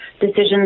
decisions